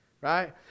Right